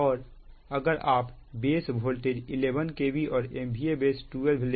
और अगर आप बेस वोल्टेज 11 kV और MVA बेस 12 ले